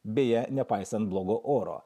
beje nepaisant blogo oro